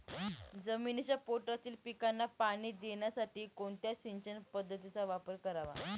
जमिनीच्या पोटातील पिकांना पाणी देण्यासाठी कोणत्या सिंचन पद्धतीचा वापर करावा?